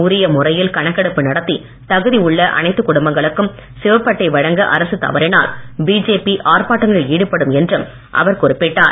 உரிய முறையில் கணக்கெடுப்பு நடத்தி தகுதி உள்ள அனைத்து குடும்பங்களுக்கும் சிவப்பு அட்டை வழங்க அரசு தவறினால் பிஜேபி ஆர்ப்பாட்டங்களில் ஈடுபடும் என்றும் அவர் குறிப்பிட்டார்